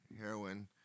heroin